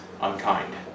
unkind